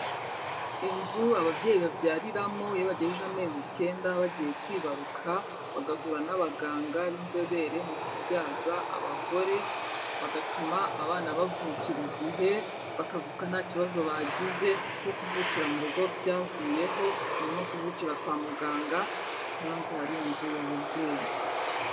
Inzu ababyeyi babyariramo, iyo bagejeje amezi icyenda bagiye kwibaruka, bagahura n'abaganga b'inzobere mu kubyaza abagore, bagatuma abana bavukira igihe, bakavuka nta kibazo bagize, kuko kuvukira mu rugo byavuyeho, ubu ni ukuvukira kwa muganga, ni yo mpamvu hari inzu y'ababyeyi.